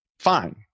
Fine